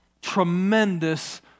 tremendous